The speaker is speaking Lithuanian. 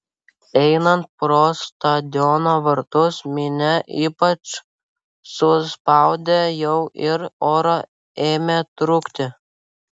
einant pro stadiono vartus minia ypač suspaudė jau ir oro ėmė trūkti